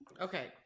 Okay